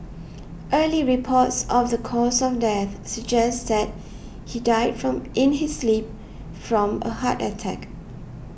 early reports of the cause of death suggests that he died from in his sleep from a heart attack